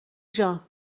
جان